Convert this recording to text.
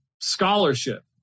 scholarship